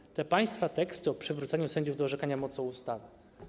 I te państwa teksty o przywróceniu sędziów do orzekania mocą ustawy.